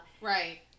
Right